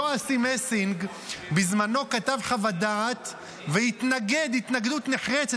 אותו אסי מסינג בזמנו כתב חוות דעת והתנגד התנגדות נחרצת.